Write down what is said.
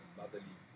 motherly